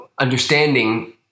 understanding